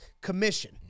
commission